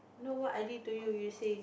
no what i did to you you say